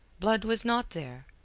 blood was not there.